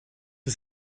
que